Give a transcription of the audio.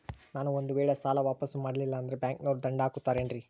ನಾನು ಒಂದು ವೇಳೆ ಸಾಲ ವಾಪಾಸ್ಸು ಮಾಡಲಿಲ್ಲಂದ್ರೆ ಬ್ಯಾಂಕನೋರು ದಂಡ ಹಾಕತ್ತಾರೇನ್ರಿ?